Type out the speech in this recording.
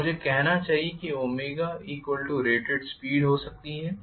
तो मुझे कहना है कि ω रेटेड स्पीड हो सकती है